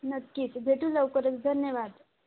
नक्कीच भेटू लवकरच धन्यवाद